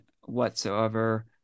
whatsoever